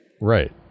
right